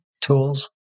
tools